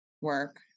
work